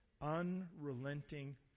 Unrelenting